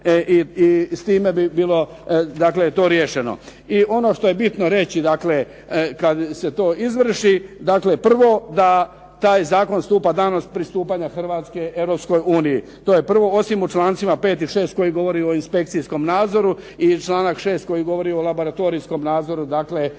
i s time bi bilo to riješeno. I ono što je bitno reći dakle kad se to izvrši prvo da taj zakon stupa danom pristupanja Hrvatske Europskoj uniji, to je prvo osim u člancima 5. i 6. koji govore o inspekcijskom nadzoru i članak 6. koji govori o laboratorijskom nadzoru gdje